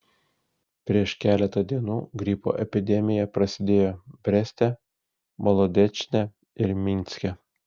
prieš keletą dienų gripo epidemija prasidėjo breste molodečne ir minske